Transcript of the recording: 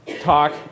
talk